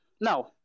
Now